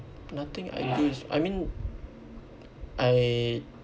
nothing I do is I mean I